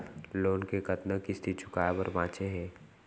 Loan के कतना किस्ती चुकाए बर बांचे हे?